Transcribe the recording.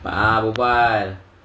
cepat ah berbual